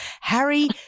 Harry